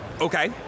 Okay